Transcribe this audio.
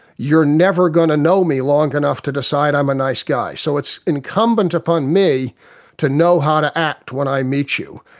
you are never going to know me long enough to decide i'm a nice guy. so it's incumbent upon me to know how to act when i meet you.